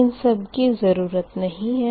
इन सब की ज़रूरत नही है